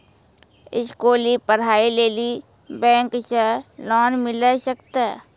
स्कूली पढ़ाई लेली बैंक से लोन मिले सकते?